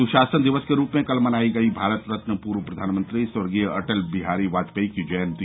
सुशासन दिवस के रूप में कल मनाई गई भारत रत्न पूर्व प्रधानमंत्री स्वर्गीय अटल बिहारी वाजपेयी की जयन्ती